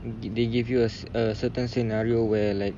they give you a a certain scenario where like